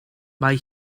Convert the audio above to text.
mae